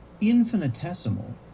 infinitesimal